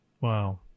Wow